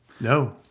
No